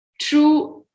true